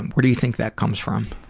and but do you think that comes from?